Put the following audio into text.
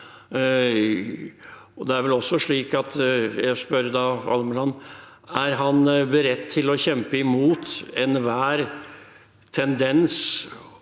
om han er beredt til å kjempe imot enhver tendens